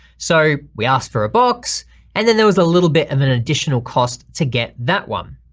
so we asked for a box and then there was a little bit of an additional cost to get that one.